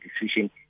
decision